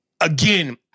again